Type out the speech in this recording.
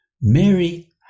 Mary